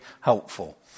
helpful